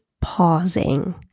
pausing